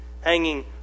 hanging